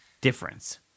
difference